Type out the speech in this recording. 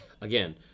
again